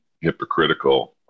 hypocritical